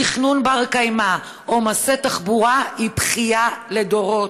תכנון בר-קיימא או נושא תחבורה היא בכייה לדורות.